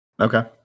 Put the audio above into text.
Okay